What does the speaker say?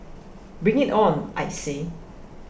bring it on I say